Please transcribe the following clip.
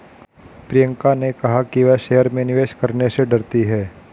प्रियंका ने कहा कि वह शेयर में निवेश करने से डरती है